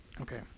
Okay